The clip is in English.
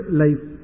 life